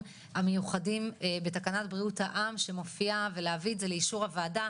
המיוחדים בתקנת בריאות העם שמופיעה ולהביא את זה לאישור הועדה,